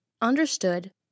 Understood